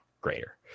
greater